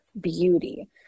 beauty